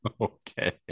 Okay